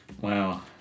Wow